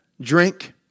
drink